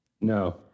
no